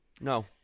No